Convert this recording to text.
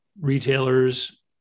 retailers